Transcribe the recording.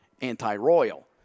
anti-royal